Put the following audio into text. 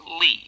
leave